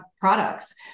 products